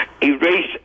erase